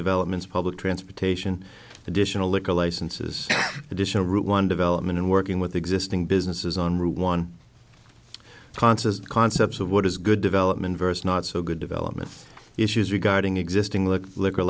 developments public transportation additional liquor licenses additional route one development and working with existing businesses on route one concert concepts of what is good development verse not so good development issues regarding existing look liquor